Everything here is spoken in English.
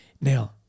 Now